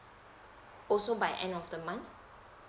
oh so by end of the month